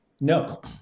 No